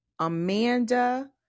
Amanda